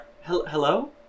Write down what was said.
Hello